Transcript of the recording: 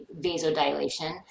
vasodilation